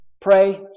pray